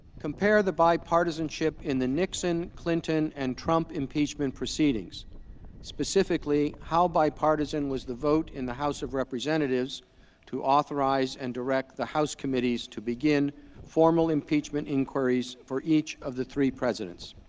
compare the bipartisanship in the nixon clinton and trump impeachment proceedings specifically how bipartisan was the vote in the house of representatives to authorize and direct the house committees to begin formal impeachment inquiries for each of the three presidents